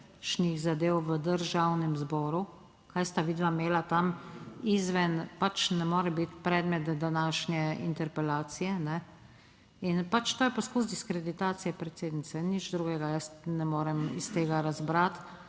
zadev v Državnem zboru, kaj sta vidva imela tam izven, pač ne more biti predmet današnje interpelacije. In pač to je poskus diskreditacije predsednice, nič drugega jaz ne morem iz tega razbrati.